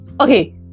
Okay